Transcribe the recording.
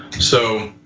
so,